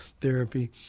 therapy